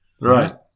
Right